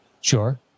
Sure